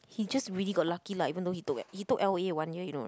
he just really got lucky lah even though he took he took l_o_a one year you know